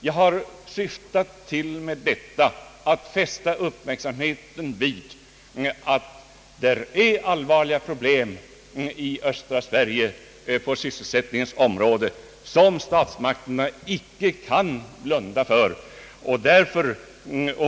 Jag har med detta syftat till att fästa uppmärksamheten vid att det finns allvarliga problem i östra Sverige på sysselsättningens område som statsmakterna icke kan blunda för.